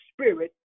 spirit